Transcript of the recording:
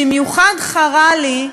במיוחד חרה לי,